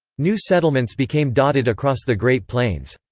new settlements became dotted across the great plains.